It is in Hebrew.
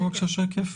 בזכויות העצור).